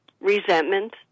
resentment